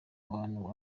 abantu